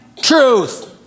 truth